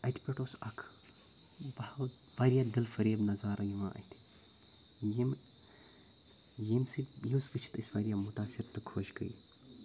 تہٕ اَتہِ پٮ۪ٹھ اوس اَکھ واہ واریاہ دِلفَریب نَظارٕ یِوان اَتھِ یِم ییٚمہِ سۭتۍ یُس وٕچھِتھ أسۍ واریاہ مُتاثِر تہٕ خۄش گٔے